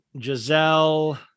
Giselle